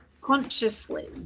consciously